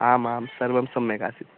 आमां सर्वं सम्यगासीत्